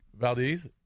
Valdez